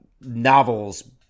novels